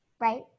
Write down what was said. right